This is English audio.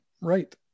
Right